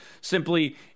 simply